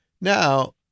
Now